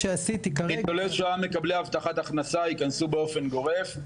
ניצולי שואה מקבלי הבטחת הכנסה ייכנסו באופן גורף,